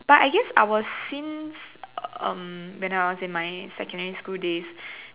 but I guess I was since um when I was in my secondary school days